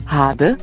habe